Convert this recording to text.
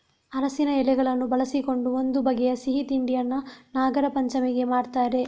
ಅರಸಿನ ಎಲೆಗಳನ್ನು ಬಳಸಿಕೊಂಡು ಒಂದು ಬಗೆಯ ಸಿಹಿ ತಿಂಡಿಯನ್ನ ನಾಗರಪಂಚಮಿಗೆ ಮಾಡ್ತಾರೆ